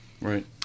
Right